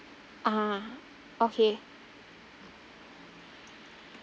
ah okay